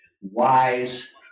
wise